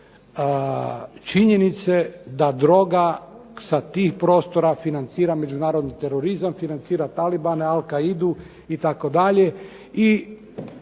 činjenice da droga sa tih prostora sa financira međunarodni terorizam, financira Talibane, Al-Qa'idu itd. i